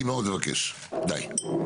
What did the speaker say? אני מאוד מבקש, די.